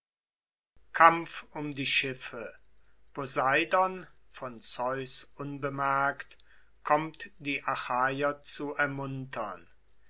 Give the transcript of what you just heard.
um die schiffe poseidon von zeus unbemerkt kommt die achaier zu ermuntern